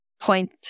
point